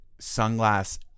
sunglass